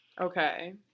Okay